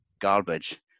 Garbage